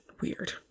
weird